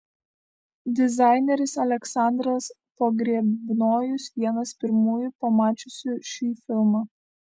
dizaineris aleksandras pogrebnojus vienas pirmųjų pamačiusių šį filmą